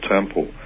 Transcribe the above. Temple